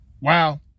wow